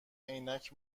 عینک